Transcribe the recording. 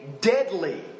deadly